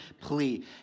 plea